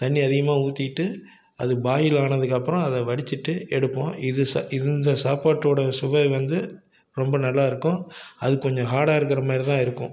தண்ணி அதிகமாக ஊற்றிட்டு அது பாயில் ஆனதுக்கப்புறம் அதை வடிச்சுட்டு எடுப்போம் இது சா இது இந்த சாப்பாட்டோட சுவை வந்து ரொம்ப நல்லா இருக்கும் அது கொஞ்சம் ஹார்டாக இருக்கிற மாதிரி தான் இருக்கும்